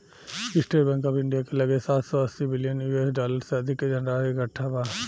estate Bank of India के लगे सात सौ अस्सी बिलियन यू.एस डॉलर से अधिक के धनराशि इकट्ठा बा